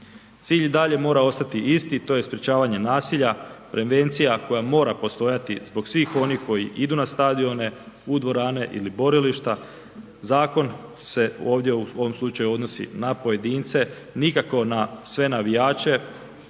Cilj i dalje mora ostati isti, to je sprječavanje nasilja, prevencija koja mora postojati zbog svih onih koji idu na stadion, u dvorane ili borilišta. Zakon se ovdje u ovom slučaju odnosi na pojedince, nikako na sve navijače,